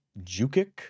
Jukic